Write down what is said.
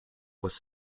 was